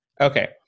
Okay